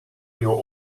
your